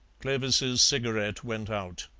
clovis's cigarette went out.